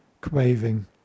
craving